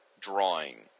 drawing